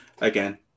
again